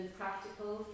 practical